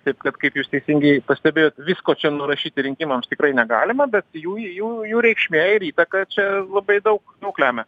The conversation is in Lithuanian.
taip kad kaip jūs teisingai pastebėjot visko čia nurašyti rinkimams tikrai negalima be jų jų jų reikšmė ir įtaka čia labai daug daug lemia